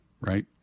right